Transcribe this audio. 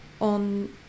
on